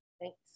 Thanks